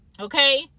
Okay